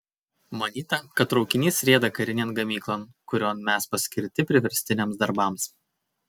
manyta kad traukinys rieda karinėn gamyklon kurion mes paskirti priverstiniams darbams